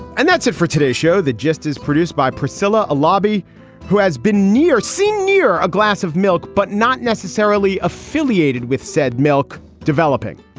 and that's it for today's show that just is produced by priscila, a lobby who has been near seen near a glass of milk but not necessarily affiliated with said milk developing.